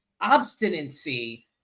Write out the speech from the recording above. obstinacy